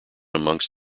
amongst